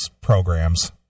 programs